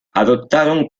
adoptaron